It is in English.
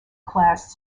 class